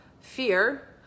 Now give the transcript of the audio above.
fear